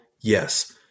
yes